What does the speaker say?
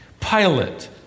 Pilate